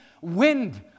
wind